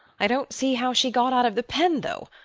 i don't see how she got out of the pen, though.